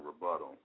rebuttal